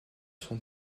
son